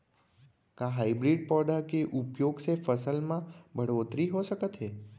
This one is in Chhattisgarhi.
का हाइब्रिड पौधा के उपयोग से फसल म बढ़होत्तरी हो सकत हे?